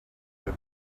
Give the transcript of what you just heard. that